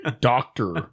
doctor